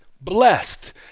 blessed